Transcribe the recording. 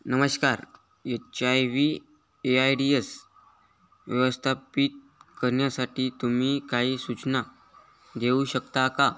नमस्कार H I V A I D S व्यवस्थापित करण्यासाठी तुम्ही काही सूचना देऊ शकता का